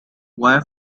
why